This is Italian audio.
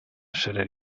essere